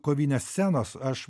kovinės scenos aš